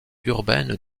urbaine